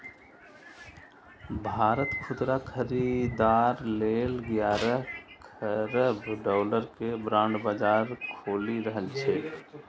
भारत खुदरा खरीदार लेल ग्यारह खरब डॉलर के बांड बाजार खोलि रहल छै